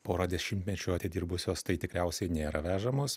porą dešimtmečių atidirbusios tai tikriausiai nėra vežamos